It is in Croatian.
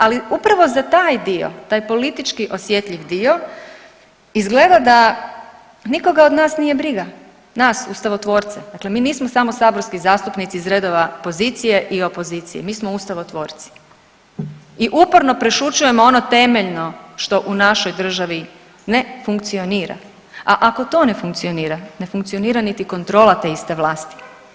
Ali upravo za taj dio, taj politički osjetljiv dio izgleda da nikoga od nas nije briga, nas ustavotvorce, dakle mi nismo samo saborski zastupnici iz redova pozicije i opozicije, mi smo ustavotvorci i uporno prešućujemo ono temeljno što u našoj državi ne funkcionira, a ako to ne funkcionira ne funkcionira niti kontrola te iste vlasti.